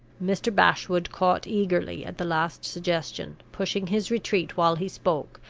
mr. bashwood caught eagerly at the last suggestion, pushing his retreat, while he spoke,